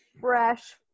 fresh